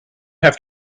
have